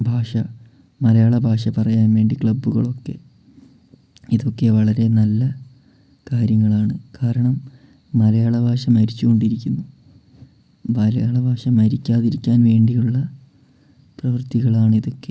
ഭാഷ മലയാള ഭാഷ പറയാൻ വേണ്ടി ക്ലബ്ബുകളൊക്കെ ഇതൊക്കെ വളരെ നല്ല കാര്യങ്ങളാണ് കാരണം മലയാള ഭാഷ മരിച്ചു കൊണ്ടിരിക്കുന്നു മലയാള ഭാഷ മരിക്കാതിരിക്കാൻ വേണ്ടിയുള്ള പ്രവൃത്തികളാണിതൊക്കെ